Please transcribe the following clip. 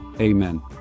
Amen